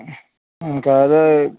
அக்கா அது